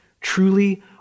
truly